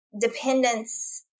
dependence